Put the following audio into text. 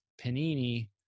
Panini